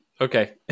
Okay